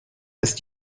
ist